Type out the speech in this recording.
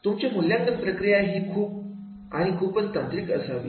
तर तुमची मूल्यांकन प्रक्रिया हि खूप आणि खूपच तांत्रिक असावी